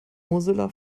mozilla